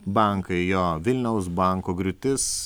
bankai jo vilniaus banko griūtis